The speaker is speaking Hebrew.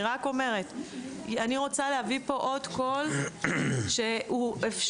אני רק אומרת שאני רוצה להביא פה עוד קול שהוא אפשרות,